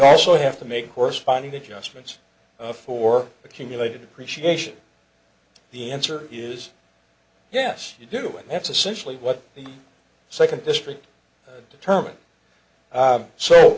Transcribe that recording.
also have to make corresponding adjustments for accumulated appreciation the answer is yes you do and that's essentially what the second district determine